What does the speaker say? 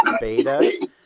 beta